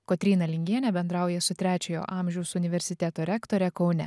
kotryna lingienė bendrauja su trečiojo amžiaus universiteto rektore kaune